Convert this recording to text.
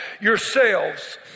yourselves